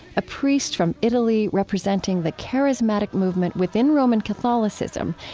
a priest from italy representing the charismatic movement within roman catholicism,